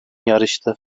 yarıştı